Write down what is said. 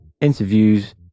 interviews